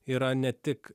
yra ne tik